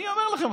אני אומר לכם,